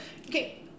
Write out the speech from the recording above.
okay